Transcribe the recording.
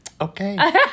Okay